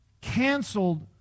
canceled